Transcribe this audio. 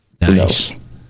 Nice